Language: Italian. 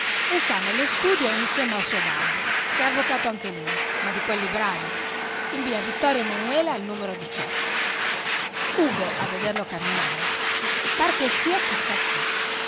e sta nello studio insieme al suo babbo che è avvocato anche lui ma di quelli bravi in via vittorio emanuele al numero go a vederlo camminare par che sia chi